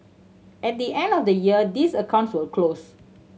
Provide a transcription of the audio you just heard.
at the end of the year these accounts will close